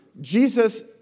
Jesus